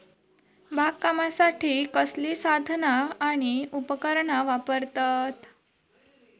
बागकामासाठी कसली साधना आणि उपकरणा वापरतत?